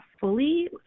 fully